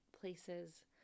places